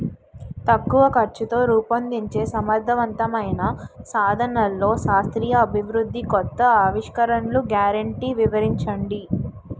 తక్కువ ఖర్చుతో రూపొందించే సమర్థవంతమైన సాధనాల్లో శాస్త్రీయ అభివృద్ధి కొత్త ఆవిష్కరణలు గ్యారంటీ వివరించండి?